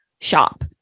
shop